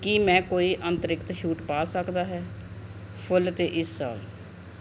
ਕੀ ਮੈਂ ਕੋਈ ਅੰਤਰਿਕਤ ਛੂਟ ਪਾ ਸਕਦਾ ਹੈ ਫੁੱਲ 'ਤੇ ਇਸ ਸਾਲ